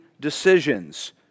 decisions